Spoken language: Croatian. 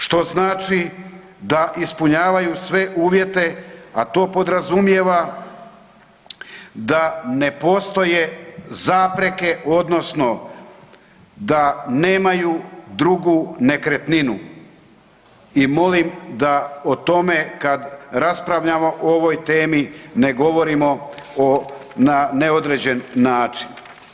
Što znači da ispunjavaju sve uvjete a to podrazumijeva da ne postoje zapreke odnosno da nemaju drugu nekretninu i molim da o tome kad raspravljamo o ovoj temi, ne govorimo na neodređen način.